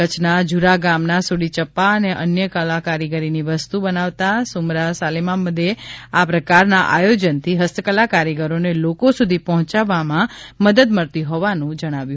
કચ્છના ઝુરા ગામના સુડી યપ્પા અને અન્ય કલાકારીગરી ની વસ્તુ બનાવતા સુમરા સાલેમામદે આ પ્રકારના આયોજનથી હસ્તકલા કારીગરોને લોકો સુધી પહોંચવામાં મદદ મળતી હોવાનું જણાવ્યું